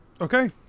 Okay